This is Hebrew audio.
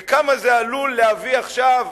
וכמה זה עלול להביא עכשיו,